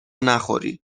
نخوری